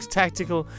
tactical